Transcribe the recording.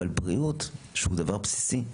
אבל בריאות שהוא דבר בסיסי.